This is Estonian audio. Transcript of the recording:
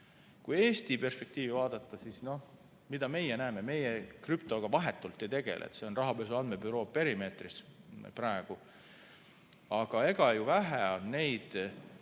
Kui Eesti perspektiivi vaadata, siis mida me näeme? Meie krüptoga vahetult ei tegele, see on Rahapesu Andmebüroo perimeetris praegu. Aga vähe on neid